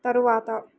తరువాత